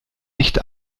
nicht